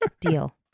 Deal